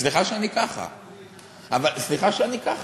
סליחה שאני ככה, סליחה שאני ככה.